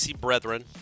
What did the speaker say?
brethren